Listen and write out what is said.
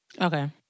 Okay